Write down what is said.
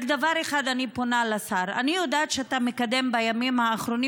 רק בדבר אחד אני פונה לשר: אני יודעת שאתה מקדם בימים האחרונים